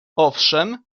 owszem